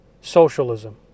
socialism